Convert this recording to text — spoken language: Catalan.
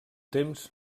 temps